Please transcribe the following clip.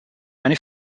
many